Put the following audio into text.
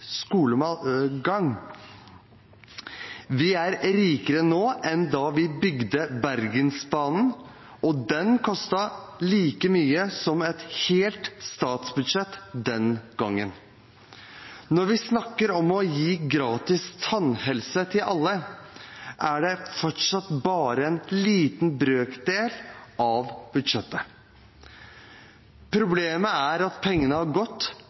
skolegang. Vi er rikere nå enn da vi bygde Bergensbanen, og den kostet like mye som et helt statsbudsjett den gangen. Når vi snakker om å gi gratis tannhelse til alle, er det fortsatt bare en liten brøkdel av budsjettet. Problemet er at pengene har gått